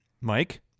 Mike